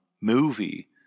movie